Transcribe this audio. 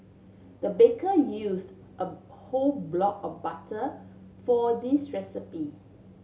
the baker used a whole block of butter for this recipe